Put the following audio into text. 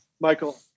Michael